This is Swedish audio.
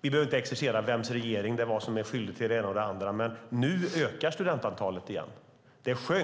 Vi behöver inte exercera om vems regering som är skyldig till det ena eller andra, men nu ökar studentantalet igen. Det är